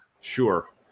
sure